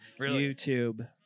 YouTube